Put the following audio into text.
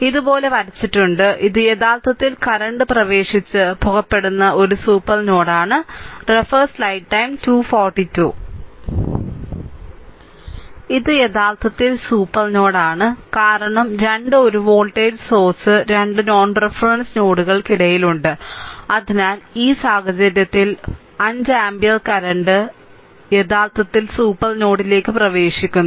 ഇതുപോലെ വരച്ചിട്ടുണ്ട് ഇത് യഥാർത്ഥത്തിൽ കറന്റ് പ്രവേശിച്ച് പുറപ്പെടുന്ന ഒരു സൂപ്പർ നോഡാണ് ഇത് യഥാർത്ഥത്തിൽ സൂപ്പർ നോഡാണ് കാരണം രണ്ട് 1 വോൾട്ടേജ് സോഴ്സ് രണ്ട് നോൺ റഫറൻസ് നോഡുകൾക്കിടയിൽ ഉണ്ട് അതിനാൽ ഈ സാഹചര്യത്തിൽ ഈ 5 ആമ്പിയർ കറന്റ് യഥാർത്ഥത്തിൽ സൂപ്പർ നോഡിലേക്ക് പ്രവേശിക്കുന്നു